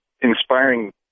inspiring